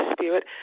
Spirit